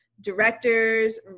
Directors